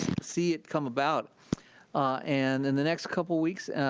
see it come about and in the next couple weeks,